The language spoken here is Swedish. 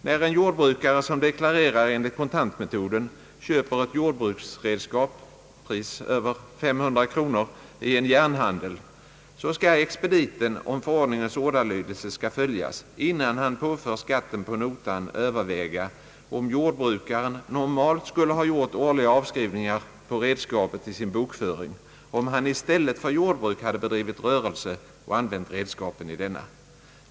När en jordbrukare som deklarerar enligt kontantmetoden köper ett jordbruksredskap för över 500 kronor i en järnhandel skall expediten, om förordningens ordalydelse skall följas, innan han påför skatten på notan överväga, om jordbrukaren normalt skulle ha gjort årliga avskrivningar på redskapet i sin bokföring, om han i stället för jord bruk hade bedrivit rörelse och använt redskapet i denna.